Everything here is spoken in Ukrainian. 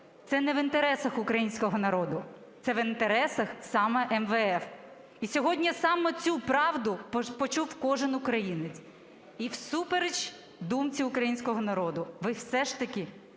Це не в інтересах українського народу, це в інтересах саме МВФ. І сьогодні саме цю правду почув кожен українець. І всупереч думці українського народу ви все ж таки